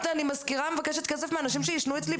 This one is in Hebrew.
אני משכירה ומבקשת כסף מאנשים שיישנו אצלי,